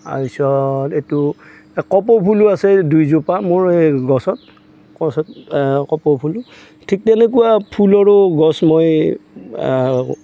তাৰপিছত এইটো এই কপৌ ফুলো আছে দুইজোপা মোৰ এই গছত গছত কপৌ ফুলো ঠিক তেনেকুৱা ফুলৰো গছ মই